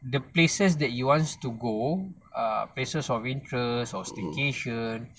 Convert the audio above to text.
the places that you want to go err places of interest or staycation